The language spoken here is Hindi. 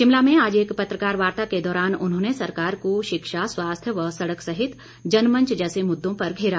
शिमला में आज एक पत्रकार वार्ता के दौरान उन्होंने सरकार को शिक्षा स्वास्थ्य व सड़क सहित जनमंच जैसे मुद्दों पर घेरा